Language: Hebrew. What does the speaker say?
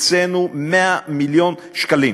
הקצינו 100 מיליון שקלים